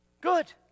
Good